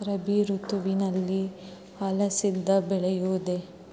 ರಾಭಿ ಋತುವಿನಲ್ಲಿ ಅಲಸಂದಿ ಬೆಳೆಯಬಹುದೆ?